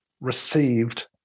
received